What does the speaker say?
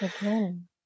again